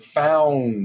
found